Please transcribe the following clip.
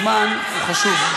הזמן הוא חשוב.